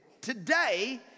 today